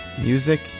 Music